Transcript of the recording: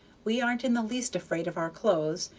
we aren't in the least afraid of our clothes,